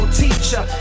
teacher